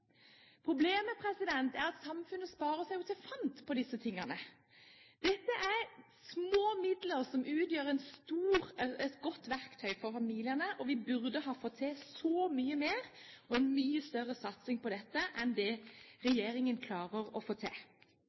er at samfunnet sparer seg jo til fant på disse tingene! Det er snakk om små midler som utgjør et godt verktøy for familiene, og vi burde ha fått til så mye mer og en mye større satsing på dette enn det regjeringen klarer å få til.